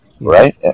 Right